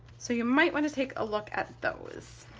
so you might want to take a look at those,